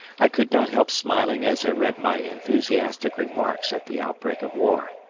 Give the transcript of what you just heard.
i could not help smiling as i read my enthusiastic remarks at the outbreak of war,